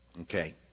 Okay